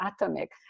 atomic